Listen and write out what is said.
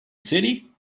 city